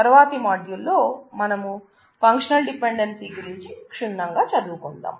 తర్వాతి మాడ్యూల్లో మనం ఫంక్షనల్ డిపెండెన్సీ గురించి క్షుణ్ణంగా చదువుకుందాం